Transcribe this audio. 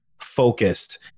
focused